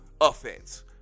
offense